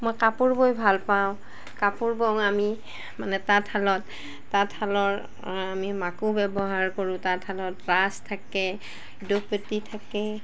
মই কাপোৰ বৈ ভাল পাওঁ কাপোৰ বওঁ আমি মানে তাঁতশালত তাঁতশালৰ আমি মাকো ব্যৱহাৰ কৰোঁ তাঁতশালত ৰাচ থাকে দ্ৰুপতি থাকে